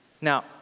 Now